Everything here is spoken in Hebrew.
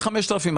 זה 5,000 שקלים.